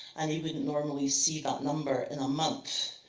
and you wouldn't normally see that number in a month.